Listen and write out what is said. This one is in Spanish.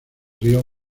río